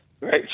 right